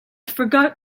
forgot